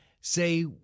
Say